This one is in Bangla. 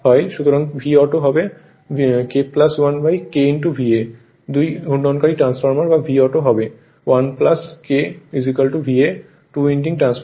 সুতরাং VAuto হবে K 1K VA দুই ঘূর্ণনকারী ট্রান্সফরমার বা VAuto হবে 1 K VA two winding transformer